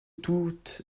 toute